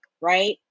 right